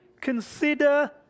consider